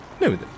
No